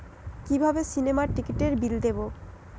কিভাবে সিনেমার টিকিটের বিল দেবো?